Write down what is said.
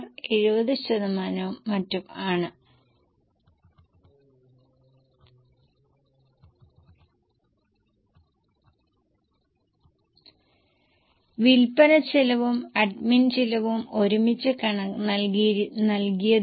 വിൽപനച്ചെലവിന്റെ 20 ശതമാനം margin management ആഗ്രഹിക്കുന്നുവെങ്കിൽ സാധാരണവും ഇളവുള്ളതുമായ വിലയിൽ ഒരു യൂണിറ്റ് ചെലവ് കണക്കാക്കുക എന്ന് നിശ്ചയിക്കാം